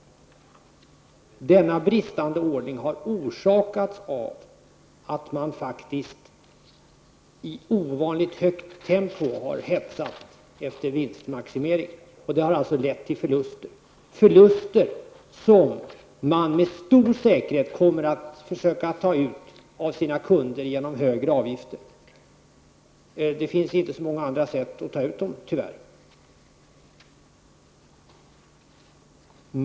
Denna bristande ordning har orsakats av att man i ovanligt högt tempo har hetsat efter vinstmaximering. Detta har alltså lett till förluster. Dessa förluster kommer man med stor säkerhet att försöka ta ut av sina kunder genom högre avgifter. Det finns tyvärr inte så många andra sätt att ta ut dem på.